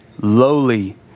lowly